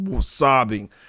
sobbing